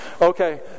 Okay